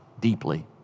deeply